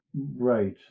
Right